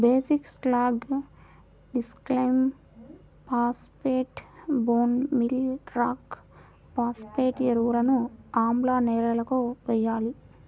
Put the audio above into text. basic slag, డిక్లైమ్ phosphate, bone meal rock phosphate ఎరువులను ఆమ్ల నేలలకు వేయాలి